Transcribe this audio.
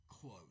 close